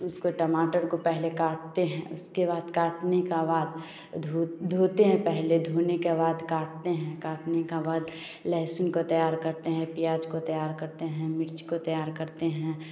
टमाटर को पहले काटते हैं उसके बाद काटने का बाद धोते हैं पहले धोने के बाद काटते हैं काटने का बाद लहसुन को तैयार करते हैं प्याज़ को तैयार करते हैं मिर्च को तैयार करते हैं